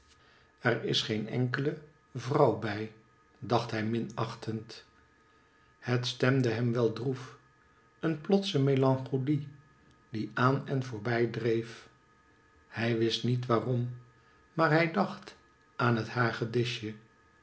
er is geen enkele vrouw bij dacht hij minachtend het stemde hem wel droef een plotse melancholie die aan en voorbij dreef hij wist niet waarom maar hij dacht aan het